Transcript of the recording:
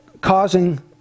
causing